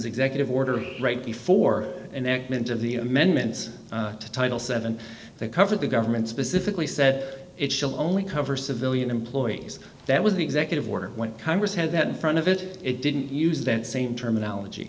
executive order right before and that meant of the amendments to title seven that cover the government specifically said it shall only cover civilian employees that was an executive order when congress had that in front of it it didn't use that same terminology